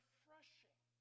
refreshing